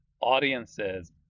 audiences